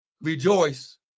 rejoice